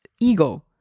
ego